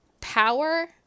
power